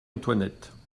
antoinette